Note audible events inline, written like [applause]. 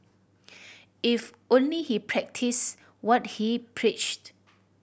[noise] if only he practised what he preached